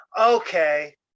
Okay